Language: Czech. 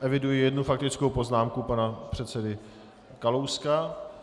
Eviduji jednu faktickou poznámku pana předsedy Kalouska.